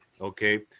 okay